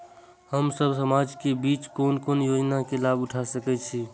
हम सब समाज के बीच कोन कोन योजना के लाभ उठा सके छी?